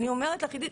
אני אומרת לך עידית,